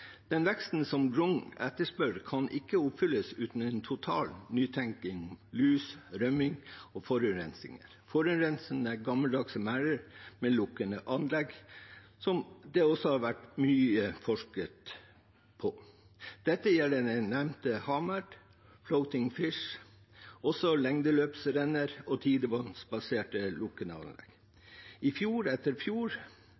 Den veksten som representanten Grung etterspør, kan ikke oppfylles uten en total nytenkning om lus, rømming og forurensning – forurensende gammeldagse merder med lukkede anlegg, som det også har vært forsket mye på. Dette gjelder nevnte havmerd – Floating Fish – og også lengdestrømsrenner og